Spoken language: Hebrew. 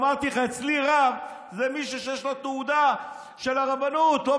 ואמרתי לך: אצלי רב זה מישהו שיש לו תעודה של הרבנות ולא